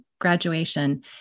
graduation